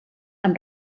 amb